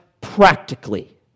practically